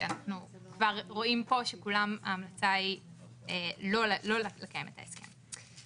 כשאנחנו כבר רואים פה שההמלצה של כולם היא לא לקיים את ההסכם.